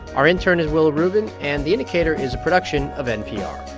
our intern is willa rubin. and the indicator is a production of npr